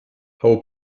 hau